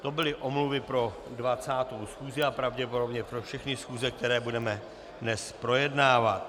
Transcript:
To byly omluvy pro 20. schůzi a pravděpodobně pro všechny schůze, které budeme dnes projednávat.